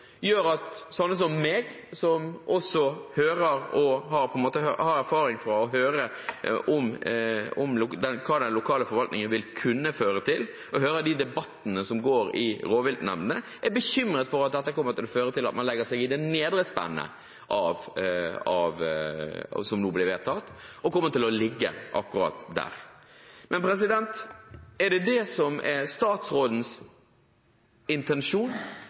gjør at sånne som meg, som også hører og har erfaring fra å høre om hva den lokale forvaltningen vil kunne føre til, og hører de debattene som går i rovviltnemndene, er bekymret for at dette kommer til å føre til at man legger seg i det nedre spennet som nå blir vedtatt, og kommer til å ligge akkurat der. Men er det det som er statsrådens intensjon?